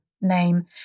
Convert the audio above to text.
name